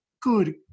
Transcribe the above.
good